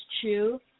true